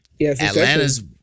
Atlanta's